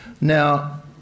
Now